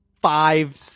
five